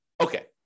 Okay